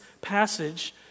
passage